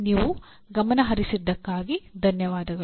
ನೀವು ಗಮನಹರಿಸಿದ್ದಕ್ಕಾಗಿ ಧನ್ಯವಾದಗಳು